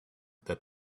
that